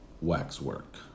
waxwork